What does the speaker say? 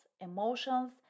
emotions